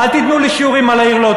אל תיתנו לי שיעורים על העיר לוד,